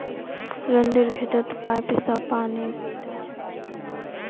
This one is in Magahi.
रणधीर खेतत पाईप स पानी पैटा छ